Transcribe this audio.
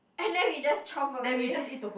and then we just chomp away